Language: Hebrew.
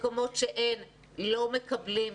מקומות שאין לא מקבלים.